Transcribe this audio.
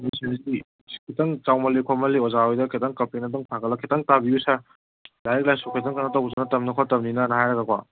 ꯈꯤꯇꯪ ꯆꯥꯎꯃꯜꯂꯦ ꯈꯣꯠꯃꯜꯂꯦ ꯑꯣꯖꯥ ꯍꯣꯏꯗ ꯈꯤꯇꯪ ꯀꯝꯄ꯭ꯂꯦꯟ ꯑꯝꯇꯪ ꯊꯥꯡꯒꯠꯂ ꯈꯤꯇꯪ ꯇꯥꯕꯤꯌꯨ ꯁꯥꯔ ꯂꯥꯏꯔꯤꯛ ꯂꯥꯏꯁꯨ ꯐꯖꯅ ꯀꯩꯅꯣ ꯇꯧꯕꯁꯨ ꯅꯠꯇꯃꯤꯅ ꯈꯣꯠꯇꯝꯅꯤꯅꯅ ꯍꯥꯏꯔꯒꯀꯣ